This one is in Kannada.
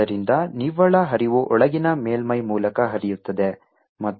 ಆದ್ದರಿಂದ ನಿವ್ವಳ ಹರಿವು ಒಳಗಿನ ಮೇಲ್ಮೈ ಮೂಲಕ ಹರಿಯುತ್ತದೆ ಮತ್ತು ಹೊರ ಮೇಲ್ಮೈ ಮೂಲಕ ಹರಿಯುತ್ತದೆ